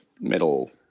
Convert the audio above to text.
middle